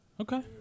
Okay